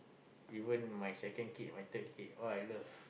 even my second kid my third kid all I love